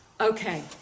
Okay